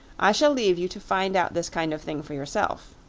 i shall leave you to find out this kind of thing for yourself.